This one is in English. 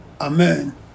Amen